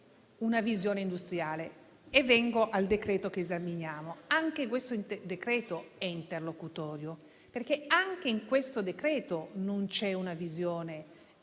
una visione industriale. Vengo al decreto in esame. Anche questo decreto è interlocutorio, perché anche in questo decreto non c'è una visione